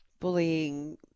bullying